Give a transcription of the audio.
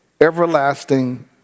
everlasting